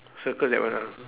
circle that one ah